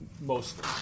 mostly